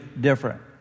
different